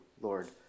Lord